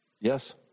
Yes